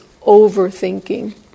overthinking